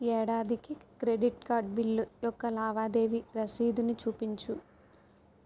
ఏడాదికి credit card bill యొక్క లావాదేవీ రసీదుని చూపించు